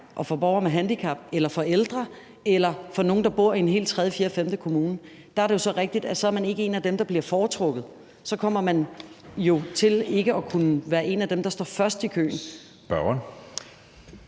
og for borgere med handicap og for ældre eller for nogle, der bor i en hel tredje, fjerde, femte kommune, at man ikke er en af dem, der bliver foretrukket. Så kommer man jo ikke til at kunne være en af dem, der står først i køen.